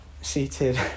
seated